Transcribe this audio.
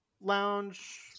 lounge